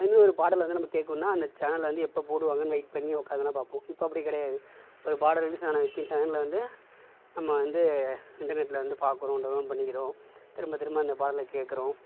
அது மாரி ஒரு பாடலை வந்து நம்ம கேட்கணுனா அந்த சேனலில் வந்து எப்போ போடுவாங்கன்னு வெயிட் பண்ணி உக்காந்துலான் பார்ப்போம் இப்போ அப்படி கிடையாது ஒரு பாடல் ரிலீஸ் ஆனால் வித் இன் செகண்ட்டில் வந்து நம்ம வந்து இன்டர்நெட்டில் வந்து பார்க்குறோம் டவுன்லோட் பண்ணிக்கிறோம் திரும்ப திரும்ப அந்த பாடலை கேட்குறோம்